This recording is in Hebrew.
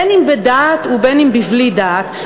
בין אם בדעת ובין אם בלי דעת,